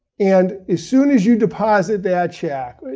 and as soon as you deposit that check,